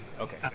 okay